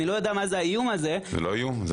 זה לא איום.